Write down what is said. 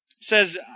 says